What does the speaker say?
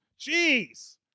Jeez